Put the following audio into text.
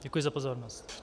Děkuji za pozornost.